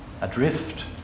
adrift